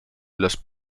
los